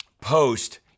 post